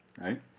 right